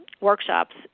workshops